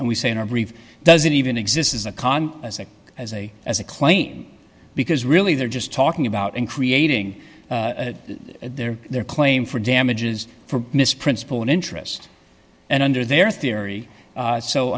and we say in our brief doesn't even exist as a con as a as a as a claim because really they're just talking about and creating their their claim for damages for mis principal and interest and under their theory